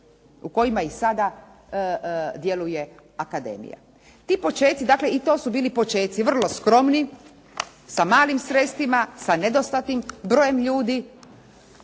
u kojima i sada djeluje akademija. Ti počeci, dakle i to su bili počeci vrlo skromni sa malim sredstvima, sa nedostatnim brojem ljudi.